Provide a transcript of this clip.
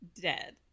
Dead